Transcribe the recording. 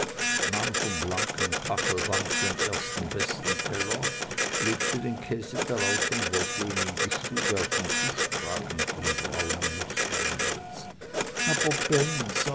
nahm vom blanken kachelbank den ersten besten teller legte den käse darauf und wollte ihn in die stube auf den tisch tragen von braunem nußbaumholz aber